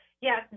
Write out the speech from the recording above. yes